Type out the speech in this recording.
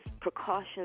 precautions